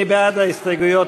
מי בעד ההסתייגויות?